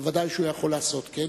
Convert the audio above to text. ודאי שהוא יכול לעשות כן.